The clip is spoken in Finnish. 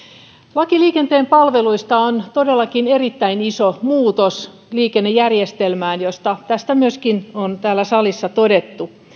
laki liikenteen palveluista on todellakin erittäin iso muutos liikennejärjestelmään josta myöskin on täällä salissa todettu